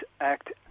Act